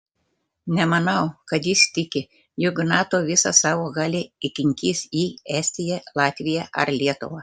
nemanau kad jis tiki jog nato visą savo galią įkinkys į estiją latviją ar lietuvą